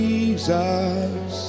Jesus